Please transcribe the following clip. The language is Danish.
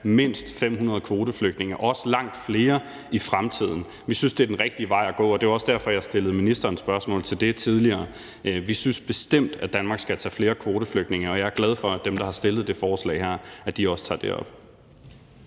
mindst 500 kvoteflygtninge og også langt flere i fremtiden. Vi synes, det er den rigtige vej at gå, og det er jo også derfor, at jeg stillede ministeren spørgsmål til det tidligere. Vi synes bestemt, at Danmark skal tage flere kvoteflygtninge, og jeg er glad for, at dem, der har stillet det forslag her, også tager det op.